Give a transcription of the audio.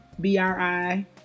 B-R-I